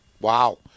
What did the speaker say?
Wow